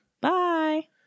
Bye